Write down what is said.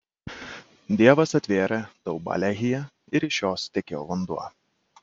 dievas atvėrė daubą lehyje ir iš jos tekėjo vanduo